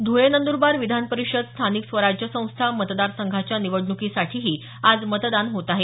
ध्रळे नंदरबार विधान परिषद स्थानिक स्वराज्य संस्था मतदारसंघाच्या निवडणुकीसाठीही आज मतदान होत आहे